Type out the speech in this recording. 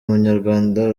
munyarwanda